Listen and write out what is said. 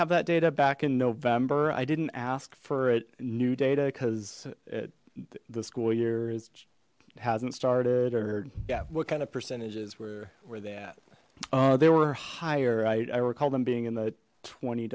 have that data back in november i didn't ask for it new data because the school year is hasn't started or yeah what kind of percentages were were that they were higher i recall them being in the twenty